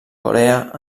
corea